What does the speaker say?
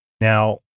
Now